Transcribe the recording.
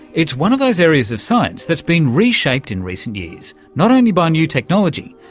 it's one of those areas of science that's been reshaped in recent years not only by new technology,